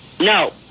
no